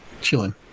chilling